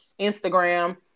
Instagram